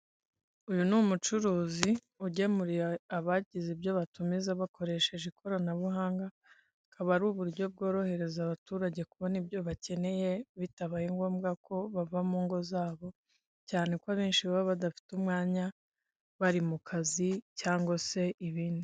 Uyu ni umucuruzi ugemurira abagize ibyo batumiza bakoresheje ikoranabuhanga, akaba ari uburyo bworohereza abaturage kubona ibyo bakeneye bitabaye ngombwa ko bava mu ngo zabo cyane ko abenshi baba badafite umwanya bari mu kazi cyangwa se ibindi.